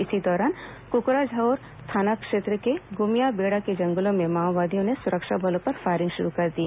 इसी दौरान कुकड़ाझोर थाना क्षेत्र के गुमियाबेड़ा के जंगलों में माओवादियों ने सुरक्षा बलों पर फायरिंग शुरू कर दी